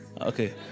okay